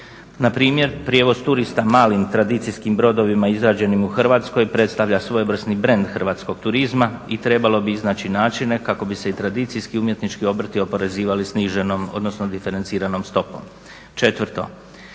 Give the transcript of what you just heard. Npr. prijevoz turista malim tradicijskim brodovima izrađenim u Hrvatskoj predstavlja svojevrsni trend hrvatskog turizma i trebalo bi iznaći načine kako bi se i tradicijski umjetnički obrti oporezivali sniženom odnosno diferenciranom stopom. Četvrto